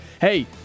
Hey